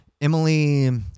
Emily